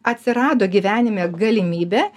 atsirado gyvenime galimybė